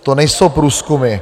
To nejsou průzkumy.